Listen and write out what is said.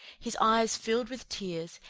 his eyes filled with tears,